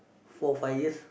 four five years